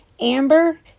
Amber